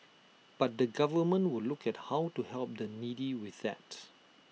but the government will look at how to help the needy with that